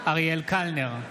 אריאל קלנר,